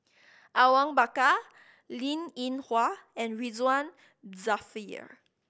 Awang Bakar Linn In Hua and Ridzwan Dzafir